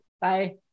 Bye